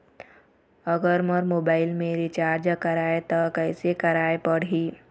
अगर मोर मोबाइल मे रिचार्ज कराए त कैसे कराए पड़ही?